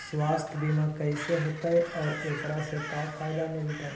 सवासथ बिमा कैसे होतै, और एकरा से का फायदा मिलतै?